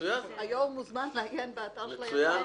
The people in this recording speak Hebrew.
אדוני מוזמן לעיין באתר של היק"ר.